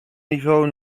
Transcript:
niveau